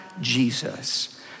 Jesus